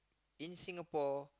in Singapore